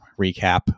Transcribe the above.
recap